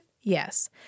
Yes